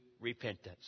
repentance